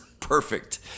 perfect